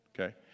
Okay